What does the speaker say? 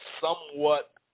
somewhat